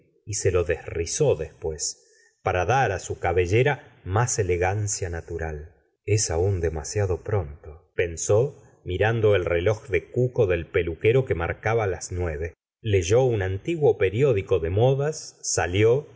y se lo desrizó después para dar á su cabellera más elegancia natural es aún demasiado pronto pensó mirando el reloj de cuco del peluquero que marcaba las nueve leyó un antiguo periódico de modas salió